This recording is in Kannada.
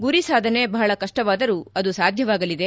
ಗುರಿ ಸಾಧನೆ ಬಹಳ ಕಷ್ಟವಾದರೂ ಅದು ಸಾಧ್ಯವಾಗಲಿದೆ